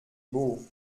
beaux